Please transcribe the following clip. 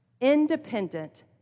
independent